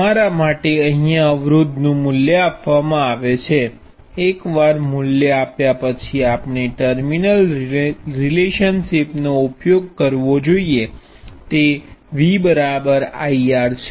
તમારા માટે અહીયા અવરોધ નું મૂલ્ય આપવામાં આવે છે એકવાર મૂલ્ય આપ્યા પછી આપણે ટર્મિનલ રિલેશનશીપનો ઉપયોગ કરવો જોઈએ તે V I R છે